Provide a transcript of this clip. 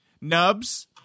Nubs